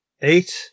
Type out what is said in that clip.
eight